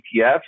ETFs